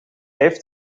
heeft